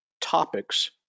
topics